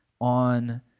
on